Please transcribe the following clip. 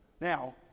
Now